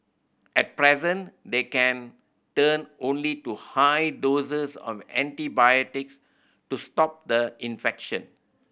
at present they can turn only to high doses of antibiotics to stop the infection